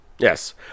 Yes